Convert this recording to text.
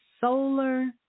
solar